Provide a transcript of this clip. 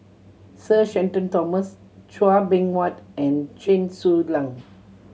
Sir Shenton Thomas Chua Beng Huat and Chen Su Lan